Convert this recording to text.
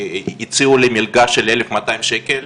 הציעו לי מלגה של אלף מאתיים שקל,